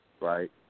right